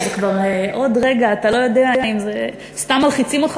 כשכבר עוד רגע אתה לא יודע אם סתם מלחיצים אותך